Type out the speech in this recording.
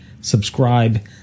subscribe